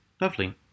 Lovely